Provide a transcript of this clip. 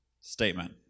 statement